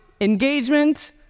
engagement